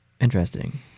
Interesting